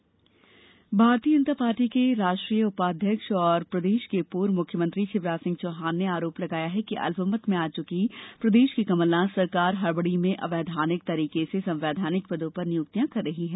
राजनीतिक गतिविधि भारतीय जनता पार्टी के राष्ट्रीय उपाध्यक्ष और प्रदेश के पूर्व मुख्यमंत्री शिवराज सिंह चौहान ने आरोप लगाया है कि अल्पमत में आ चुकी प्रदेश की कमलनाथ सरकार हड़बड़ी में अवैधानिक तरीके से संवैधानिक पदों पर नियुक्तियां कर रही है